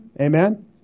Amen